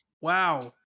Wow